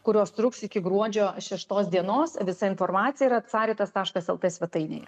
kurios truks iki gruodžio šeštos dienos visa informacija yra caritas taškas lt svetainėje